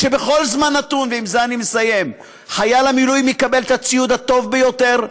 שבכל זמן נתון חייל המילואים יקבל את הציוד הטוב ביותר,